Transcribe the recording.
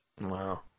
Wow